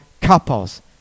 couples